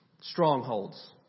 strongholds